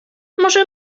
może